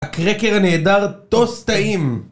הקרקר הנהדר טוס טעים